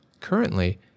Currently